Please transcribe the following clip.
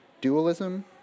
dualism